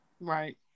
Right